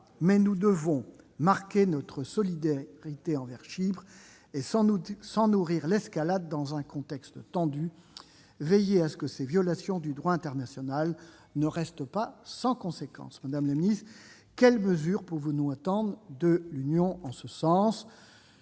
mais nous devons marquer notre solidarité envers Chypre et, sans nourrir l'escalade dans un contexte tendu, veiller à ce que ces violations du droit international ne restent pas sans conséquence. Madame la secrétaire d'État, quelles mesures pouvons-nous attendre de l'Union en ce sens ?